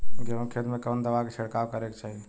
गेहूँ के खेत मे कवने दवाई क छिड़काव करे के चाही?